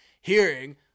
hearing